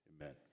Amen